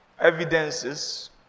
evidences